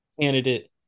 candidate